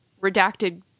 redacted